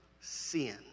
sin